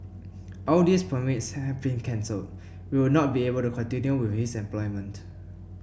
all these permits have been cancelled we would not be able to continue with his employment